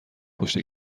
پشت